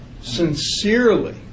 Sincerely